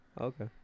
Okay